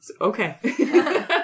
okay